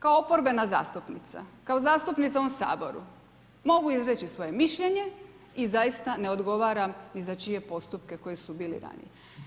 Kao oporbena zastupnica, kao zastupnica u ovom Saboru, mogu izreći svoje mišljenje i zaista ne odgovaram ni za čije postupke koji su bili ranije.